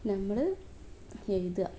നമ്മൾ എഴുതുക